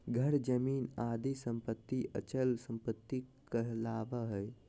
घर, जमीन आदि सम्पत्ति अचल सम्पत्ति कहलावा हइ